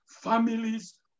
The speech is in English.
families